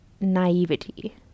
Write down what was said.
naivety